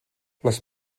les